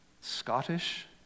Scottish